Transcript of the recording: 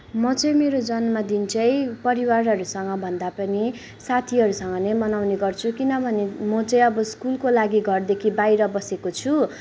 म चाहिँ मेरो जन्मदिन चाहिँ परिवारहरूसँग भन्दा पनि साथीहरूसँग नै मनाउने गर्छु किनभने म चाहिँ अब स्कुलको लागि घरदेखि बाहिर बसेको छु